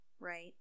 right